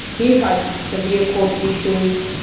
he had severe court issues,